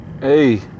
Hey